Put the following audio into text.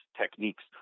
techniques